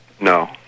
No